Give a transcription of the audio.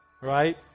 Right